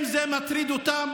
אם זה מטריד אותם,